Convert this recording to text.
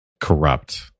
corrupt